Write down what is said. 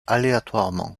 aléatoirement